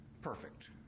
perfect